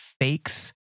fakes